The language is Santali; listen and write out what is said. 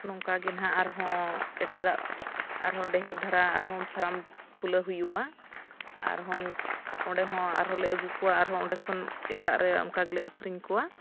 ᱱᱚᱝᱠᱟ ᱜᱮ ᱱᱟᱜ ᱟᱨᱦᱚᱸ ᱮᱴᱟᱜᱟᱜ ᱟᱨᱦᱚᱸ ᱰᱷᱮᱦᱮᱨ ᱫᱷᱟᱨᱟ ᱟᱨᱦᱚᱸ ᱯᱷᱟᱨᱢ ᱠᱷᱩᱞᱟᱹᱣ ᱦᱩᱭᱩᱜᱼᱟ ᱟᱨᱦᱚᱸ ᱚᱸᱰᱮ ᱦᱚᱸ ᱟᱨᱦᱚᱸ ᱞᱮ ᱟᱹᱜᱩ ᱠᱚᱣᱟ ᱟᱨᱦᱚᱸ ᱚᱸᱰᱮ ᱠᱷᱚᱱ ᱮᱴᱟᱜ ᱨᱮ ᱚᱱᱠᱟ ᱜᱮᱞᱮ ᱟᱹᱠᱷᱟᱨᱤᱧ ᱠᱚᱣᱟ